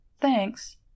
Thanks